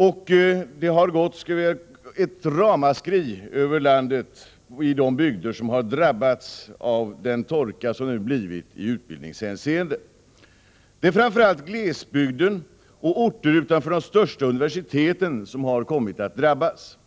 Detta har väckt ett ramaskri över landet och i de bygder som har drabbats av den torka som blivit följden i utbildningshänseende. Det är framför allt glesbygden och orter utanför de största universiteten som har kommit att drabbas.